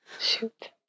shoot